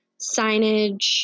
signage